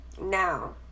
now